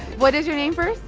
what is your name, first?